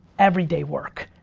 every day work,